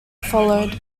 followed